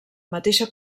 mateixa